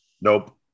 Nope